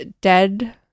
dead